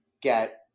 get